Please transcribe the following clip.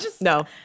no